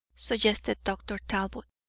suggested dr. talbot.